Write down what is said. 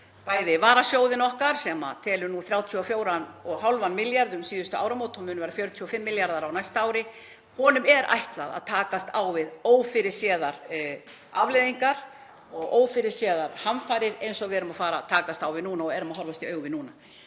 á varasjóðinn okkar sem taldi nú 34,5 milljarða um síðustu áramót og mun telja 45 milljarða á næsta ári. Honum er ætlað að takast á við ófyrirséðar afleiðingar og ófyrirséðar hamfarir eins og við erum að fara að takast á við núna og erum að horfast í augu við núna.